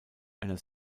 einer